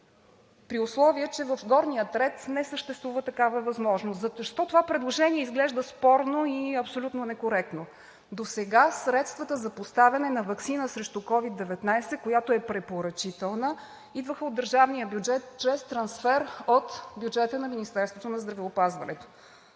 при условие че в горния ред не съществува такава възможност. По същество това предложение изглежда спорно и абсолютно некоректно. Досега средствата за поставяне на ваксина срещу COVID-19, която е препоръчителна, идваха от държавния бюджет чрез трансфер от бюджета на Министерството на здравеопазването.